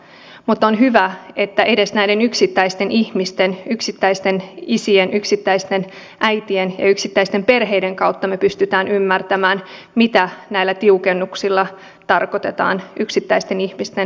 mutta on hyvä että edes näiden yksittäisten ihmisten yksittäisten isien yksittäisten äitien ja yksittäisten perheiden kautta me pystymme ymmärtämään mitä näillä tiukennuksilla tarkoitetaan yksittäisten ihmisten elämässä